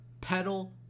pedal